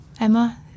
Emma